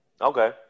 Okay